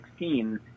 2016